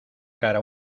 cara